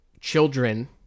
children